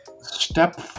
step